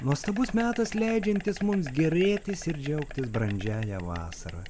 nuostabus metas leidžiantis mums gėrėtis ir džiaugtis brandžiąja vasara